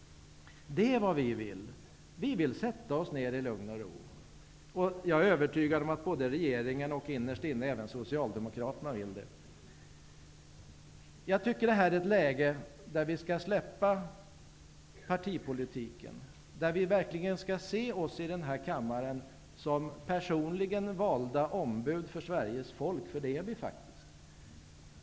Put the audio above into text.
Det är vad vi vill. Vi vill sätta oss ned i lugn och ro, och jag är övertygad om att regeringen och innerst inne även Socialdemokraterna vill det. Jag tycker att det är ett läge där vi skall släppa partipolitiken, där vi verkligen skall se oss i den här kammaren som personligen valda ombud för Sveriges folk, för det är vi faktiskt.